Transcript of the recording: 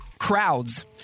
crowds